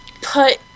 put